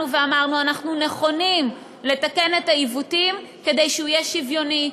אמרנו: אנחנו נכונים לתקן את העיוותים כדי שהוא יהיה שוויוני,